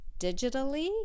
digitally